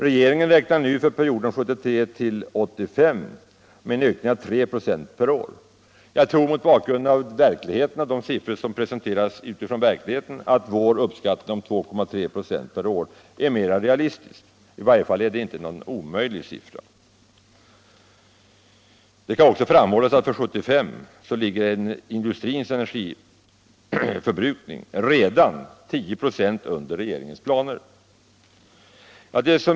Regeringen räknar nu för perioden 1975-1985 med en ökning av 3 96 per år. Jag tror mot bakgrunden av de siffror som presenterats utifrån verkligheten att vår uppskattning om 2,3 96 per år är mer realistisk. I varje fall är det inte någon omöjlig siffra. Det kan nämligen framhållas att för 1975 ligger industrins energiförbrukning redan 10 96 under regeringens planer.